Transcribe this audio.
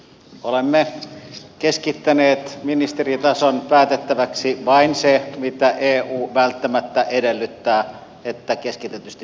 olemme keskittäneet ministeritason päätettäväksi vain sen mistä eu välttämättä edellyttää että keskitetysti pitää päättää